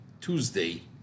Tuesday